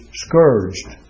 scourged